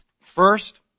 First